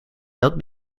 not